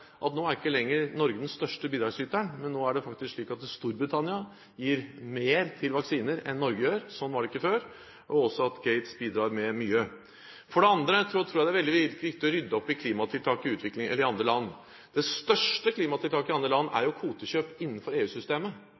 at nå er ikke Norge lenger den største bidragsyteren, men nå er det faktisk slik at Storbritannia gir mer til vaksiner enn Norge gjør– slik var det ikke før – og også at Gates bidrar med mye. For det første tror jeg det er veldig viktig å rydde opp i klimatiltak i andre land. Det største klimatiltaket i andre land er kvotekjøp innenfor